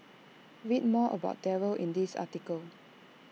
read more about Darryl in this article